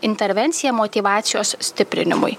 intervencija motyvacijos stiprinimui